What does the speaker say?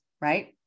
right